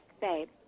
Babe